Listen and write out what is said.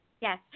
yes